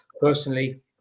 personally